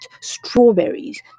strawberries